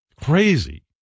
Crazy